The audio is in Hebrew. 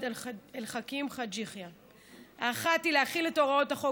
אל חכים חאג' יחיא: האחת היא להחיל את הוראות החוק